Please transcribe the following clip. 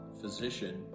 physician